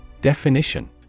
definition